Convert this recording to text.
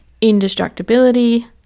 indestructibility